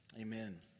Amen